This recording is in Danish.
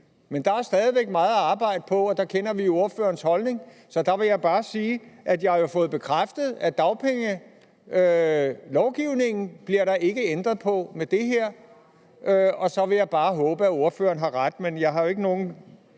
Men der er stadig væk meget at arbejde på, og der kender vi ordførerens holdning. Der vil jeg bare sige, at jeg jo har fået bekræftet, at dagpengelovgivningen bliver der ikke ændret på med det her, og så vil jeg bare håbe, at ordføreren har ret. Men jeg har jo ikke nogen